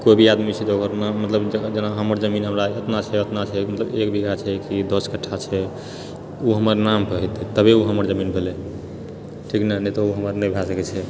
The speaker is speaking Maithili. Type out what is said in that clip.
कोइ भी आदमी छै तऽ ओकर ने मतलब जेना हमर जमीन हमरा एतना छै उतना छै मतलब एक बीघा छै कि दश कट्ठा छै ओ हमर नाम पऽ हेतै तबे ओ हमर जमीन भेलै ठीक ने नहि तऽ ओ हमर नहि भए सकैत छै